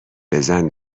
بزن